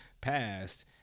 passed